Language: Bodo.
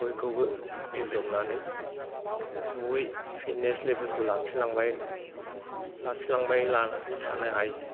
बयखौबो बजबनानै जयै पिटनेस लेभेलखौ लाखिलांबाय लाखिलांबाय थानो हायो